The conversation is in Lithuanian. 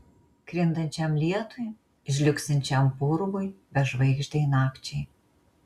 krintančiam lietui žliugsinčiam purvui bežvaigždei nakčiai